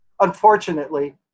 unfortunately